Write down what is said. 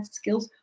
skills